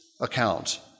account